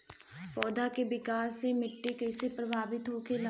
पौधा के विकास मे मिट्टी कइसे प्रभावित करेला?